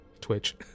Twitch